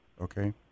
okay